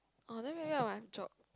orh then maybe i must jog